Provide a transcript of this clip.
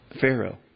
Pharaoh